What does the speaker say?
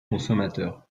consommateurs